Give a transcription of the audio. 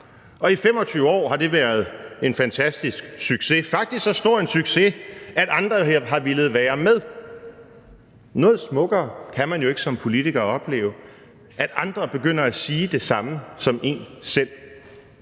og i 25 år har det været en fantastisk succes; faktisk så stor en succes, at andre har villet være med. Noget smukkere kan man jo ikke som politikere opleve, nemlig at andre begynder at sige det samme som en selv,